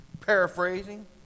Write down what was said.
Paraphrasing